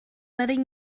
letting